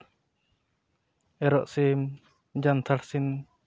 ᱮᱨᱚᱜ ᱥᱤᱢ ᱡᱟᱱᱛᱷᱟᱲ ᱥᱤᱢ